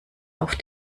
auf